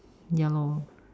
ya lor